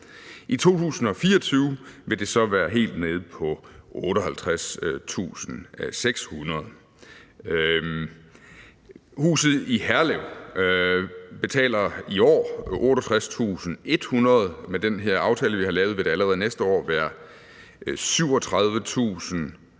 I 2024 vil det så være helt nede på 58.600 kr. Et hus i Herlev betaler i år 38.100 kr. Med den her aftale, vi har lavet, vil det allerede næste år være 37.100